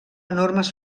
enormes